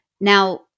Now